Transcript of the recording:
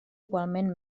igualment